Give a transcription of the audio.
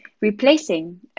replacing